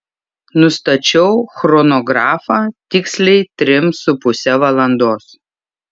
nustačiau chronografą tiksliai trim su puse valandos